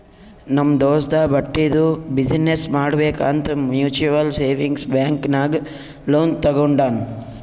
ನಮ್ ದೋಸ್ತ ಬಟ್ಟಿದು ಬಿಸಿನ್ನೆಸ್ ಮಾಡ್ಬೇಕ್ ಅಂತ್ ಮ್ಯುಚುವಲ್ ಸೇವಿಂಗ್ಸ್ ಬ್ಯಾಂಕ್ ನಾಗ್ ಲೋನ್ ತಗೊಂಡಾನ್